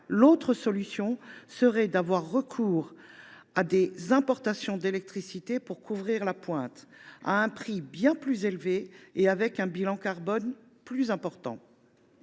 l’autre solution serait d’avoir recours à des importations d’électricité pour couvrir les pointes, à un prix bien plus élevé et avec un bilan carbone plus important.